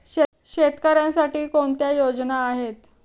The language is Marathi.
शेतकऱ्यांसाठी कोणत्या योजना आहेत?